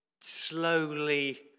slowly